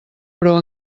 però